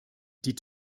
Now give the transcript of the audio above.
die